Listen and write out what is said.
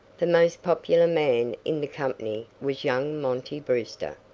the most popular man in the company was young monty brewster.